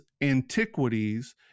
Antiquities